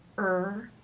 are